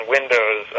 Windows